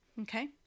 Okay